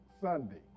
Sunday